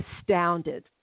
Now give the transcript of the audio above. astounded